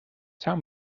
tell